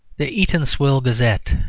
the eatanswill gazette.